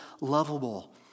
lovable